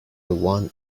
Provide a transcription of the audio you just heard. want